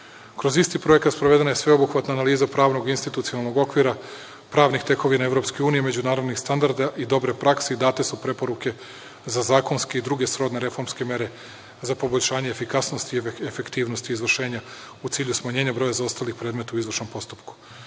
isti projekat sprovedena je sveobuhvatna analiza pravnog i institucionalnog okvira pravnih tekovina EU i međunarodnih standarda i dobre prakse i date su preporuke za zakonske i druge srodne reformske mere za poboljšanje efikasnosti i efektivnosti u cilju smanjenja broja zaostalih predmeta u izvršnom postupku. Novi